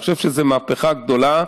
אני חושב שזו מהפכה גדולה.